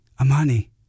Amani